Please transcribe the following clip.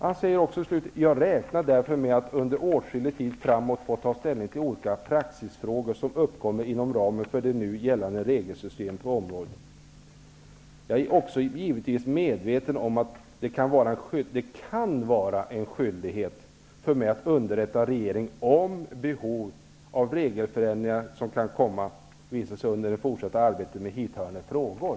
JK säger också följande på slutet: ''Jag räknar därför med att under åtskillig tid framåt få ta ställning till olika praxisfrågor som uppkommer inom ramen för det nu gällande regelsystemet på området. Jag är också givetvis medveten om att det kan vara en skyldighet för mig att underrätta regeringen om behov av regelförändringar som kan komma att visa sig under det fortsatta arbetet med hithörande frågor.''